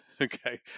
Okay